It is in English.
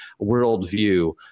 worldview